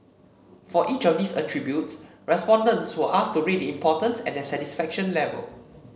for each of these attributes respondents were asked to rate the importance and their satisfaction level